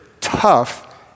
tough